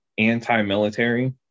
anti-military